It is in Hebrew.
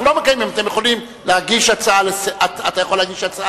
אתה יכול להגיש הצעה לסדר-היום.